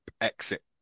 exit